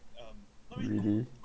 really